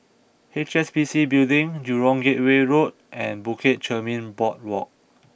H S B C Building Jurong Gateway Road and Bukit Chermin Boardwalk